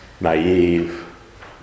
naive